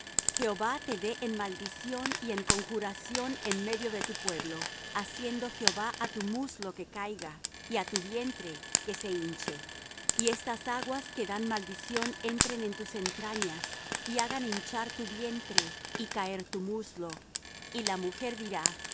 jehová te dé en maldición y en conjuración en medio de tu pueblo haciendo jehová á tu muslo que caiga y á tu vientre que se te hinche y estas aguas que dan maldición entren en tus entrañas y hagan hinchar tu vientre y caer tu muslo y la mujer dirá